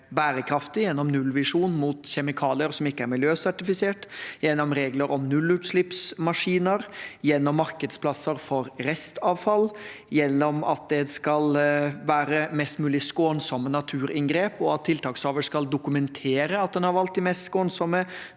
bærekraftig gjennom nullvisjon mot kjemikalier som ikke er miljøsertifisert, gjennom regler om nullutslippsmaskiner, gjennom markedsplasser for restavfall, gjennom at det skal være mest mulig skånsomme naturinngrep, og at tiltakshaver skal dokumentere at en har valgt de mest skånsomme